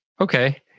Okay